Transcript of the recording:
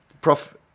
Prof